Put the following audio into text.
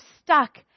stuck